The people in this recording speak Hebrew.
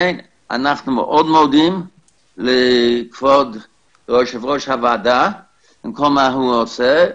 אנחנו מאוד מודים לכבוד יושב-ראש הוועדה על כל מה שהוא עושה,